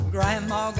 Grandma